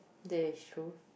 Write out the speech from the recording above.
that is true